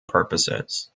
purposes